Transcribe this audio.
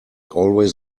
always